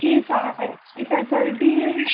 जी सारी फै़सलटी है